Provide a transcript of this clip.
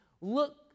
look